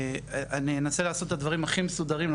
אני אנסה לעשות את הדברים הכי מסודרים,